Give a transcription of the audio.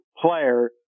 player